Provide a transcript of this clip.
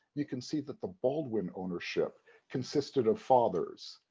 you can see that the baldwin ownership consisted of fathers,